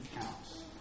counts